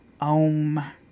OM